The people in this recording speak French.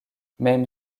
même